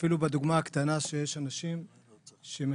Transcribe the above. אפילו בדוגמה הקטנה שיש אנשים שמחכים